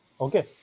Okay